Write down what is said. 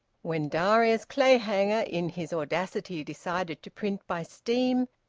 when darius clayhanger, in his audacity decided to print by steam,